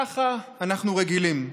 ככה אנחנו רגילים.